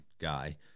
guy